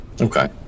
Okay